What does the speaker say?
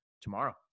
tomorrow